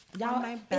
Y'all